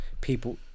people